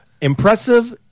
impressive